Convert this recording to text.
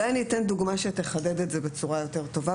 אני אתן דוגמה שתחדד את זה בצורה יותר טובה,